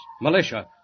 militia